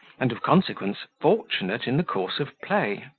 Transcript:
and, of consequence, fortunate in the course of play.